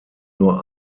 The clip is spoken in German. nur